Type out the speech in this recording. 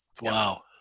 Wow